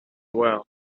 well